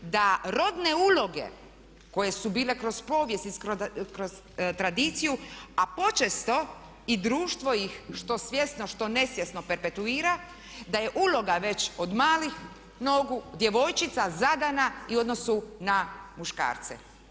Da rodne uloge koje su bile kroz povijest i kroz tradiciju a počesto i društvo ih što svjesno, što ne svjesno perpetuira da je uloga već od malih nogu, djevojčica zadana i u odnosu na muškarce.